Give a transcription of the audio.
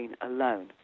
alone